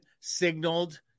signaled